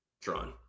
Tron